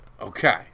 okay